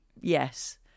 yes